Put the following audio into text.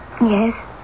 Yes